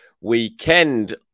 weekend